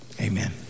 Amen